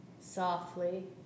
softly